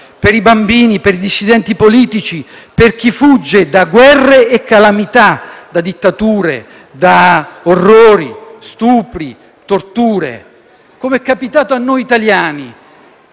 per i bambini, per i dissidenti politici, per chi fugge da guerre e calamità, da dittature, da orrori, stupri e torture. È capitato a noi italiani